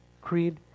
Creed